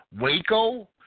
Waco